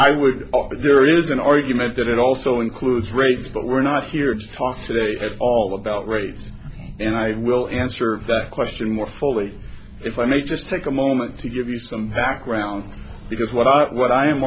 i would but there is an argument that it also includes rates but we're not here to talk today at all about rates and i will answer that question more fully if i may just take a moment to give you some background because what i what i am